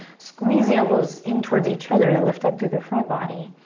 squeeze the elbows in towards each other to lift up through the front body.